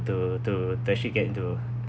to to to actually get into